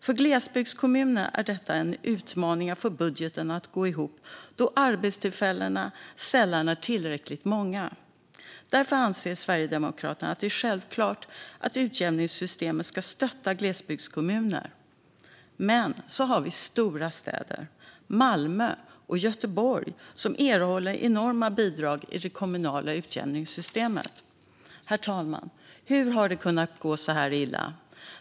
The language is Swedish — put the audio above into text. För glesbygdskommuner är det en utmaning att få budgeten att gå ihop då arbetstillfällena sällan är tillräckligt många. Därför anser Sverigedemokraterna att det är självklart att utjämningssystemet ska stötta glesbygdskommuner. Men vi har också stora städer, Malmö och Göteborg, som erhåller enorma bidrag i det kommunala utjämningssystemet. Herr talman! Hur har det kunnat gå så här illa?